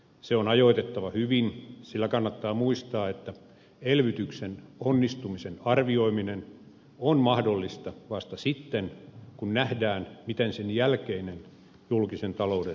se on ajoitettava hyvin sillä kannattaa muistaa että elvytyksen onnistumisen arvioiminen on mahdollista vasta sitten kun nähdään miten sen jälkeinen julkisen talouden vakauttaminen onnistuu